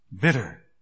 bitter